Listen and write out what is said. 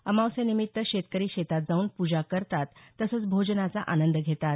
अमावस्येनिमित्त शेतकरी शेतात जाऊन पूजा करतात तसंच भोजनाचा आनंद घेतात